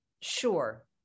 sure